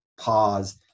pause